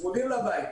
צמודים לבית,